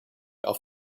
auf